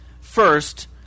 First